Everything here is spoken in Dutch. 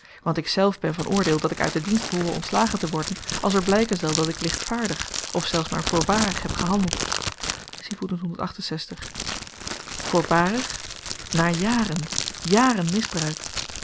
want ikzelf ben van oordeel dat ik uit de dienst behoor ontslagen te worden als er blyken zal dat ik lichtvaardig of zelfs maar voorbarig heb gehandeld voorbarig na jaren jaren misbruik